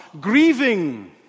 grieving